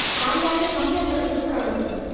कार्याणि सम्यक्कर्तुं प्रवर्तन्ते